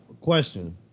question